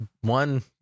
one